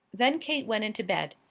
then kate went in to bed.